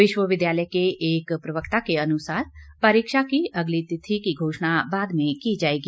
विश्वविद्यालय के एक प्रवक्ता के अनुसार परीक्षा की अगली तिथि की घोषणा बाद में की जाएगी